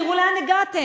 תראו לאן הגעתם.